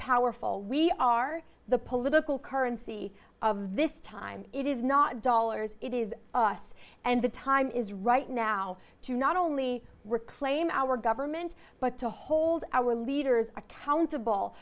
powerful we are the political currency of this time it is not dollars it is us and the time is right now to not only reclaim our government but to hold our leaders accountable